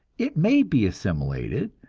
it may be assimilated,